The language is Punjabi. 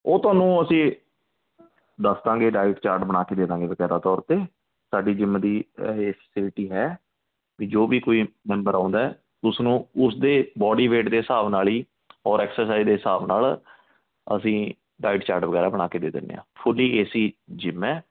ਉਹ ਤੁਹਾਨੂੰ ਅਸੀਂ ਦੱਸ ਦਾਂਗੇ ਡਾਇਟ ਚਾਰਟ ਬਣਾ ਕੇ ਦੇ ਦਾਂਗੇ ਬਕਾਇਦਾ ਤੌਰ 'ਤੇ ਸਾਡੀ ਜਿੰਮ ਦੀ ਇਹ ਫਸਿਲਟੀ ਹੈ ਵੀ ਜੋ ਵੀ ਕੋਈ ਮੈਂਬਰ ਆਉਂਦਾ ਉਸਨੂੰ ਉਸਦੇ ਬਾਡੀ ਵੇਟ ਦੇ ਹਿਸਾਬ ਨਾਲ ਹੀ ਔਰ ਐਕਸਰਸਾਈਜ਼ ਦੇ ਹਿਸਾਬ ਨਾਲ ਅਸੀਂ ਡਾਇਟ ਚਾਰਟ ਵਗੈਰਾ ਬਣਾ ਕੇ ਦੇ ਦਿੰਦੇ ਹਾਂ ਫੁੱਲੀ ਏਸੀ ਜਿੰਮ ਹੈ